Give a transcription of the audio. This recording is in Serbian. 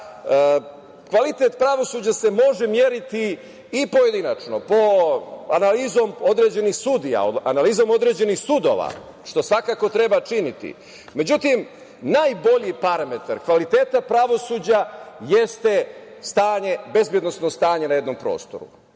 kvalitet pravosuđa se može meriti i pojedinačno, analizom određenih sudija, analizom određenih sudova, što svakako treba činiti. Međutim, najbolji parametar kvaliteta pravosuđa jeste bezbednosno stanje na jednom prostoru. Dakle,